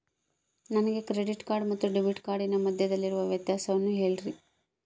ನನಗೆ credit card ಮತ್ತು debit ಕಾರ್ಡಿನ ಮಧ್ಯದಲ್ಲಿರುವ ವ್ಯತ್ಯಾಸವನ್ನು ಹೇಳ್ರಿ?